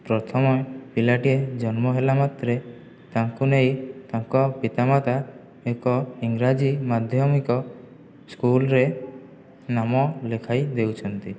ପ୍ରଥମେ ପିଲାଟିଏ ଜନ୍ମ ହେଲା ମାତ୍ରେ ତାଙ୍କୁ ନେଇ ତାଙ୍କ ପିତାମାତା ଏକ ଇଂରାଜୀ ମାଧ୍ୟମିକ ସ୍କୁଲରେ ନାମ ଲେଖାଇ ଦେଉଛନ୍ତି